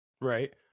right